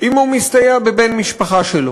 אם המסייע הוא בן-משפחה שלו.